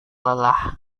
lelah